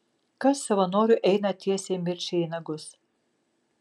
kas savo noru eina tiesiai mirčiai į nagus